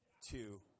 two